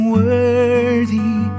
worthy